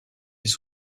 les